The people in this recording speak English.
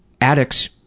addicts